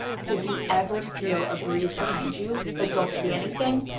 so if you ever feel a breeze behind you, but don't see anything,